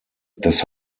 das